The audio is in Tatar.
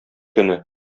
көне